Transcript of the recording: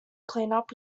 cleanup